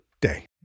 day